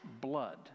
blood